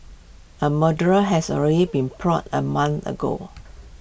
A murderer has already been plotted A month ago